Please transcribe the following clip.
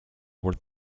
worth